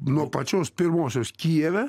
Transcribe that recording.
nuo pačios pirmosios kijeve